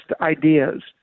ideas